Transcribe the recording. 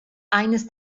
eines